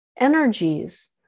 energies